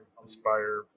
inspire